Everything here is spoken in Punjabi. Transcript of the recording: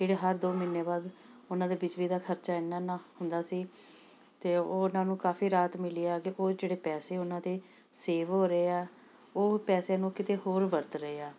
ਜਿਹੜੇ ਹਰ ਦੋ ਮਹੀਨੇ ਬਾਅਦ ਉਹਨਾਂ ਦੇ ਬਿਜਲੀ ਦਾ ਖਰਚਾ ਇੰਨਾ ਇੰਨਾ ਹੁੰਦਾ ਸੀ ਅਤੇ ਉਹ ਉਹਨਾਂ ਨੂੰ ਕਾਫੀ ਰਾਹਤ ਮਿਲੀ ਆ ਕਿ ਉਹ ਜਿਹੜੇ ਪੈਸੇ ਉਹਨਾਂ ਦੇ ਸੇਵ ਹੋ ਰਹੇ ਆ ਉਹ ਪੈਸੇ ਨੂੰ ਕਿਤੇ ਹੋਰ ਵਰਤ ਰਹੇ ਆ